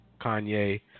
Kanye